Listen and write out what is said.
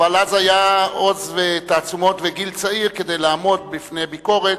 אבל היו אז עוז ותעצומות וגיל צעיר כדי לעמוד בפני ביקורת,